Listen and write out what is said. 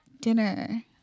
dinner